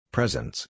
Presence